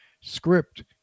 script